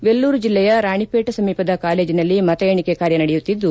ವೆಲ್ಲೂರು ಜಿಲ್ಲೆಯ ರಾಣಿಪೇಟ್ ಸಮೀಪದ ಕಾಲೇಜಿನಲ್ಲಿ ಮತ ಎಣಿಕೆ ಕಾರ್ಯ ನಡೆಯುತ್ತಿದ್ದು